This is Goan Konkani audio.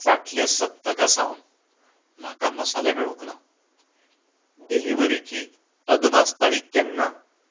फाटल्या सप्तका सावन म्हाका मसाले मेळूंक ना डिलिव्हरीची अदमास तारीक केन्ना